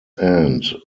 end